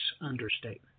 understatement